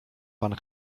pan